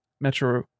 metro